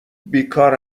بیکار